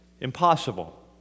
impossible